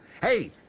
Hey